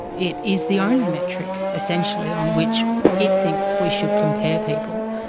it is the only metric essentially on which it thinks we should compare people.